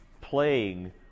playing –